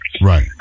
Right